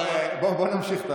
בוא נמשיך.